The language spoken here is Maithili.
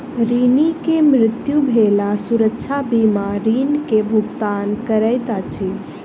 ऋणी के मृत्यु भेला सुरक्षा बीमा ऋण के भुगतान करैत अछि